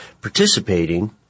participating